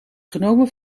genomen